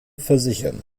versichern